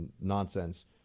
nonsense